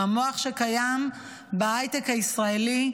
עם המוח שקיים בהייטק הישראלי,